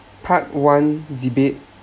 part one debate